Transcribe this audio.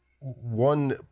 one